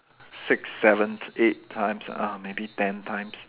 six seven eight times ah maybe ten times